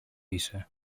είσαι